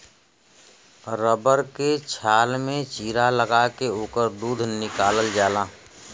rubber के छाल में चीरा लगा के ओकर दूध निकालल जाला